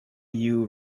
you